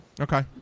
Okay